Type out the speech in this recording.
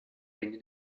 regno